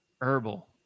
herbal